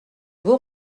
vous